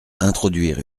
introduire